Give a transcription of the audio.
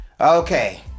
okay